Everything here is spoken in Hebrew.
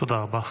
תודה רבה.